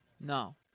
No